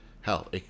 hell